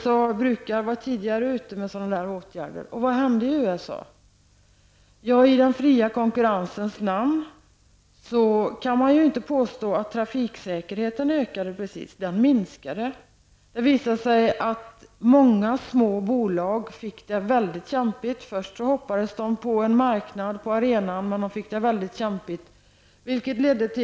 USA brukar vara tidigt ute när det gäller åtgärder av det här slaget. Men vad hände sedan i USA? Ja, man kan inte precis påstå att trafiksäkerheten ökade i den fria konkurrensens namn. I stället minskade trafiksäkerheten. Det har nämligen visat sig att många små bolag fick det mycket kämpigt. Först hoppades man på en marknad på den här arenan. Men det blev alltså mycket kämpigt.